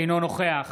אינו נוכח